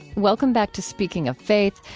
welcome back to speaking of faith,